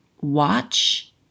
watch